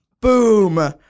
Boom